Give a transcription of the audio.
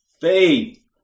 faith